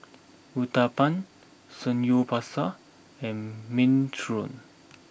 Uthapam Samgyeopsal and Minestrone